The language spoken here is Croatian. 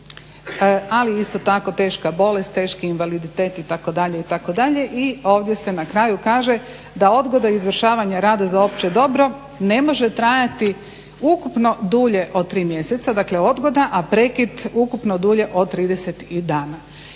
ali isto tako teška bolest, teški invaliditet itd. itd. I ovdje se na kraju kaže da odgoda izvršavanja rada za opće dobro ne može trajati ukupno dulje od 3 mjeseca, dakle odgoda, a prekid ukupno dulje od 30 dana.